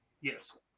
Yes